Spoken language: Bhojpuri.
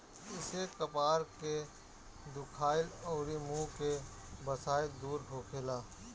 एसे कपार के दुखाइल अउरी मुंह के बसाइल दूर होखेला